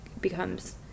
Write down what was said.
becomes